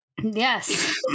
Yes